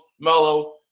Melo